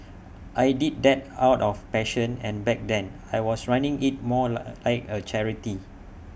I did that out of passion and back then I was running IT more like A charity